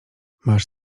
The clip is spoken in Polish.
masz